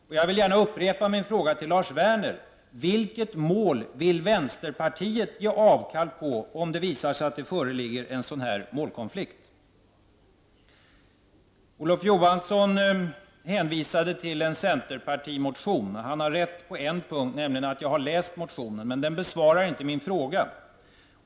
Och jag vill upprepa min fråga till Lars Werner: Vilket mål vill vänsterpartiet avstår från om det visar sig att det föreligger en målkonflikt? Olof Johansson hänvisade till en centerpartimotion. Han har rätt på en punkt, nämligen att jag har läst motionen. Men den besvarar inte min fråga.